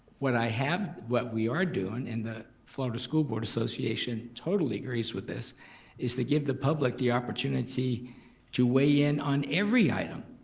what i have, what we are doing, and the florida school board association totally agrees with this is to give the public the opportunity to weigh in on every item.